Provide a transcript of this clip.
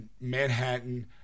Manhattan